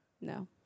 No